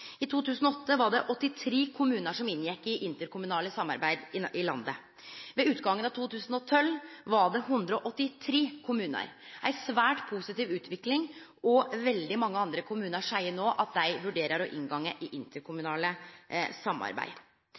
i komiteens merknader. I 2008 var det 83 kommunar som inngjekk i interkommunale samarbeid i landet. Ved utgangen av 2012 var det 183 kommunar – ei svært positiv utvikling – og veldig mange andre kommunar seier no at dei vurderer å inngå i interkommunale samarbeid.